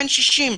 בן 60,